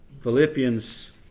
Philippians